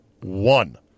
one